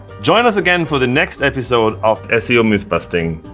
join us again for the next episode of seo mythbusting,